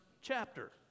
chapter